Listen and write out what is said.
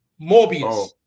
Morbius